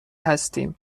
هستیم